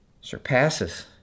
Surpasses